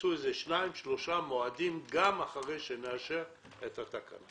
תעשו שניים-שלושה מועדים גם אחרי שנאשר את התקנות,